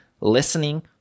listening